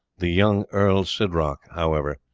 the young earl sidroc, however,